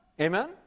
Amen